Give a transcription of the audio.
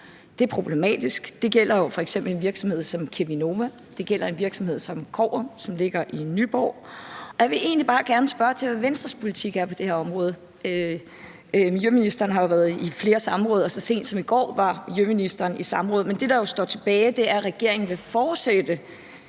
Det er problematisk. Det gælder jo f.eks. en virksomhed som Cheminova, og det gælder en virksomhed som Koppers, som ligger Nyborg. Jeg vil egentlig bare gerne spørge til, hvad Venstres politik er på det her område. Miljøministeren har været i flere samråd, og så sent som i går var miljøministeren i samråd. Men det, der jo står tilbage, er, at regeringen vil fortsætte